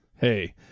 Hey